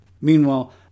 Meanwhile